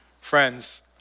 Friends